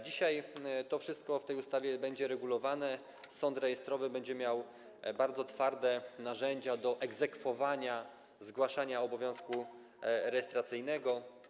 Dzisiaj to wszystko w tej ustawie będzie regulowane, sąd rejestrowy będzie miał bardzo twarde narzędzia do egzekwowania zgłaszania obowiązku rejestracyjnego.